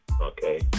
okay